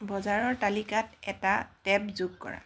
বজাৰৰ তালিকাত এটা টেব যোগ কৰা